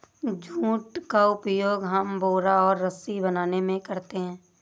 jute का उपयोग हम बोरा और रस्सी बनाने में करते हैं